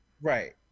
Right